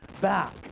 back